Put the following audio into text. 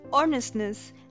earnestness